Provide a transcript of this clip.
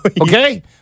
okay